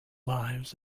lives